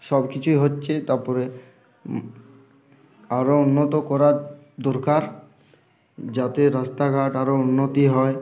সব কিছুই হচ্ছে তারপরে আরও উন্নত করা দরকার যাতে রাস্তাঘাট আরও উন্নত হয়